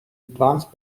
advanced